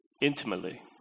intimately